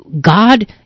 God